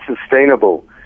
sustainable